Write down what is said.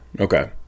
Okay